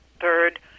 third